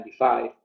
1995